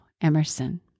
Emerson